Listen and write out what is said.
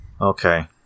Okay